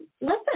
listen